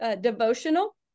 devotional